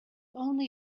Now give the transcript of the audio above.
only